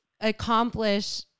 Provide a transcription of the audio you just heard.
accomplish